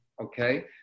okay